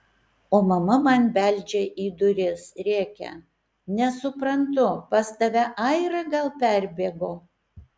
o mama man beldžia į duris rėkia nesuprantu pas tave aira gal perbėgo